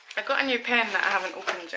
i got a new pen that i haven't opened